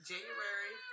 January